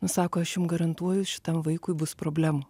nu sako aš jum garantuoju šitam vaikui bus problemų